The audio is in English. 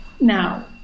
now